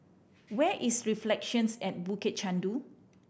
where is Reflections at Bukit Chandu